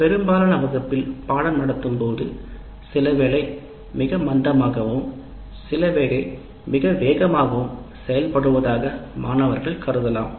பெரும்பாலும் வகுப்பில் பாடம் நடத்தும்போது சிலவேளை மிக மந்தமாகவே இல்லை சிலவேளை மிக வேகமாகவும் செயல்படுவதாக மாணவர்கள் கருதலாம்